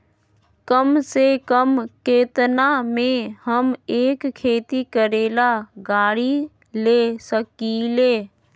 कम से कम केतना में हम एक खेती करेला गाड़ी ले सकींले?